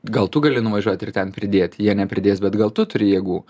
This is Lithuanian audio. gal tu gali nuvažiuot ir ten pridėt jie nepridės bet gal tu turi jėgų